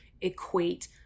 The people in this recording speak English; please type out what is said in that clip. equate